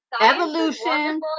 evolution